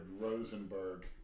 Rosenberg